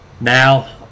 Now